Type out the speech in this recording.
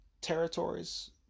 territories